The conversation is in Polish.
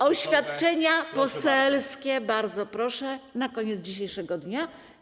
Oświadczenia poselskie, bardzo proszę, na koniec dzisiejszego dnia.